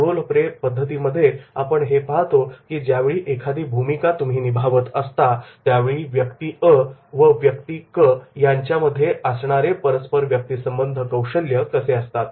role play पद्धतीमध्ये आपण हे पाहतो की ज्यावेळी एखादी भूमिका तुम्ही निभावत असतात त्यावेळी व्यक्ती अ व व्यक्ती क यांच्यामध्ये असणारे परस्पर व्यक्ती संबंध कौशल्य कसे असतात